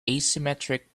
asymmetric